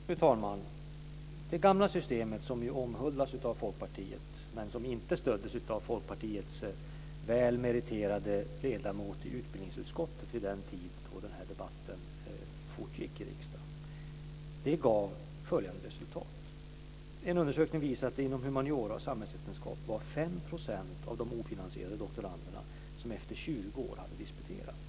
Fru talman! Det gamla systemet som ju omhuldas av Folkpartiet men som inte stöddes av Folkpartiets väl meriterade ledamot i utbildningsutskottet vid den tid då denna debatt fortgick i riksdagen gav följande resultat. En undersökning visar att det inom humaniora och samhällsvetenskap var 5 % av de ofinansierade doktoranderna som efter 20 år hade disputerat.